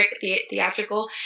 theatrical